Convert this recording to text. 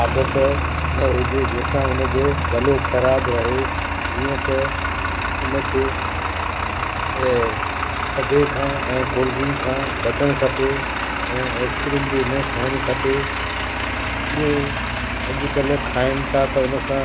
आदत न हुजे जंहिंसां उन जो गलो ख़राबु रहे जीअं त उन खे थधे खां ऐं कॉल्डड्रिंक खां बचण खपे ऐं एस्क्रीम बि न खाइणी खपे उहे अॼुकल्ह खाइनि था त उन सां